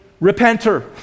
repenter